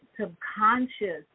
subconscious